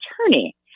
attorney